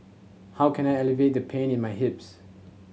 how can I alleviate the pain in my hips